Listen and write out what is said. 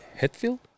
Hetfield